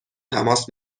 تماس